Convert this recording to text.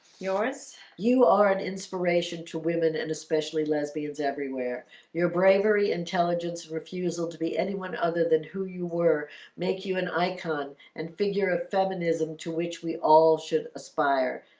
yours you are an inspiration to women and especially lesbians everywhere your bravery intelligence refusal to be anyone other than who you were make you an icon and figure of feminism to which we all should aspire.